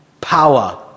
Power